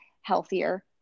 healthier